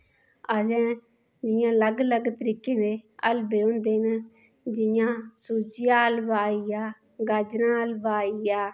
अजें जि'यां लग्ग लग्ग तरीकें दे हलवे होंदे न जि'यां सूजीआ हलवा आईया गाजरां हलवा आईया